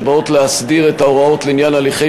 והן באות להסדיר את ההוראות לעניין הליכי